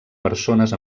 persones